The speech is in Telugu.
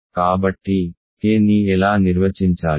కాబట్టి K ని ఎలా నిర్వచించాలి